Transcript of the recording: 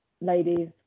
ladies